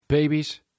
babies